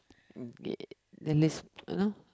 mooncake then this you know